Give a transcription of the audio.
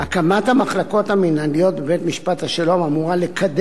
הקמת המחלקות המינהליות בבית-משפט השלום אמורה לקדם,